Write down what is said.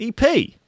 EP